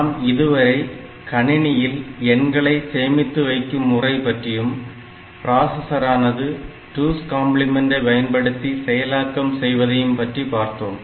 நாம் இதுவரை கணினியில் எண்களை சேமித்து வைக்கும் முறை பற்றியும் பிராசசரானது 2's காம்பிளிமென்டை பயன்படுத்தி செயலாக்கம் செய்வதை பற்றியும் பார்த்தோம்